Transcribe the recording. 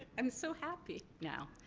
i'm so happy, now.